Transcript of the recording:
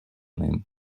ним